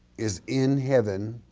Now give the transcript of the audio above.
is in heaven,